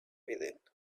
reading